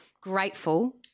grateful